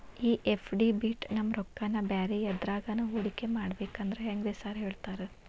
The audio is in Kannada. ಈ ಎಫ್.ಡಿ ಬಿಟ್ ನಮ್ ರೊಕ್ಕನಾ ಬ್ಯಾರೆ ಎದ್ರಾಗಾನ ಹೂಡಿಕೆ ಮಾಡಬೇಕಂದ್ರೆ ಹೆಂಗ್ರಿ ಸಾರ್ ಹೇಳ್ತೇರಾ?